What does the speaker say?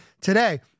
today